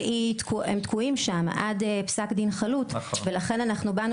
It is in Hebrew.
והם תקועים שם עד לפסק דין חלוט ולכן אנחנו באנו